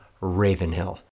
Ravenhill